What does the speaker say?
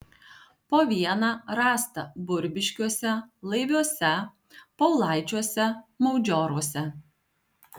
po vieną rasta burbiškiuose laiviuose paulaičiuose maudžioruose